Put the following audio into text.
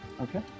Okay